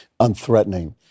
unthreatening